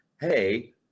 hey